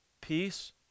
peace